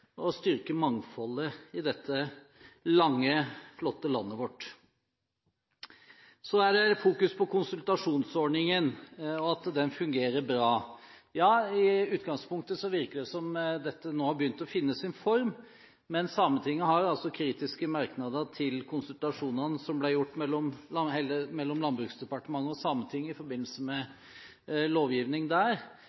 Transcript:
å styrke mangfoldet i dette lange og flotte landet vårt. Så er det fokus på konsultasjonsordningen, og at den fungerer bra. Ja, i utgangspunktet virker det som om dette nå har begynt å finne sin form, men Sametinget har altså kritiske merknader til konsultasjonene mellom Landbruksdepartementet og Sametinget i forbindelse med